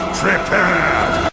prepared